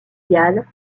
galles